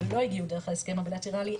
לא הגיעו דרך ההסכם הבילטרלי,